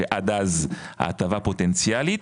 שעד אז ההטבה פוטנציאלית,